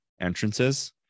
entrances